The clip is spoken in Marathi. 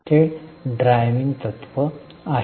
ते ड्रायव्हिंग तत्व आहे